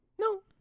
No